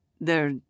They're